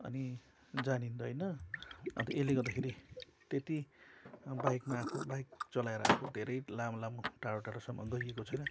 अनि जानिँदैन अन्त यसले गर्दाखेरि त्यति बाइकमा आफू बाइक चलाएर अब धेरै लामो लामो टाढा टाढासम्म गएको छैन